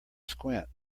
squint